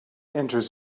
enters